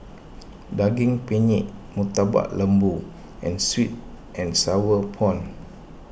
Daging Penyet Murtabak Lembu and Sweet and Sour Prawn